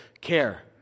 care